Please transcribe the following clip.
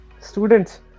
Students